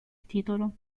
titolo